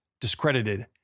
discredited